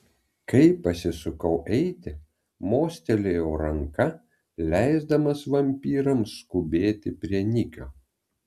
kai pasisukau eiti mostelėjau ranka leisdamas vampyrams skubėti prie nikio